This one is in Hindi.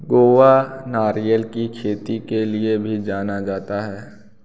गोवा नारियल की खेती के लिए भी जाना जाता है